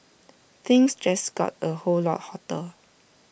things just got A whole lot hotter